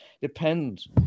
depends